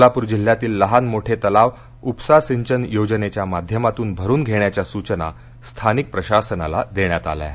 सोलापूर जिल्ह्यातील लहान मोठे तलाव उपसा सिंचन योजनेच्या माध्यमातून भरून घेण्याच्या सूचना स्थानिक प्रशासनाला देण्यात आल्या आहेत